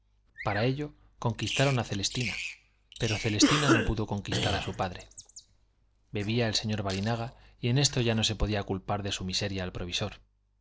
para ello conquistaron a celestina pero celestina no pudo conquistar a su padre bebía el señor barinaga y en esto ya no se podía culpar de su miseria al provisor